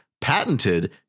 patented